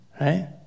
Right